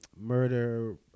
murder